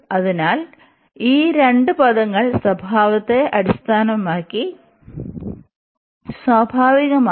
അതിനാൽ ഈ രണ്ട് പദങ്ങൾ സ്വഭാവത്തെ സ്വാധീനിക്കും